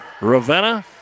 Ravenna